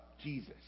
Jesus